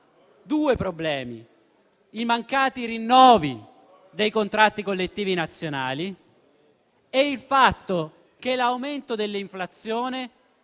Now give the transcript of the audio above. due problemi sono i mancati rinnovi dei contratti collettivi nazionali e il fatto che l'aumento dell'inflazione